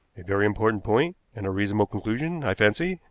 a very important point, and a reasonable conclusion, i fancy,